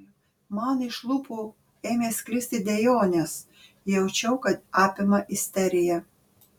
man iš lūpų ėmė sklisti dejonės jaučiau kad apima isterija